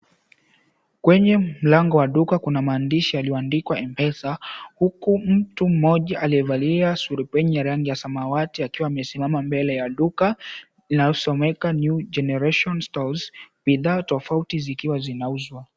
Kwenye mlango wa duka kuna maandishi yaliyoandikwa Mpesa huku mtu mmoja aliyevalia surupwenye ya rangi ya samawati akiwa amesimama mbele ya duka inayosomeka, "New Generation Stores," bidhaa tofauti zikiwa zinauzwa.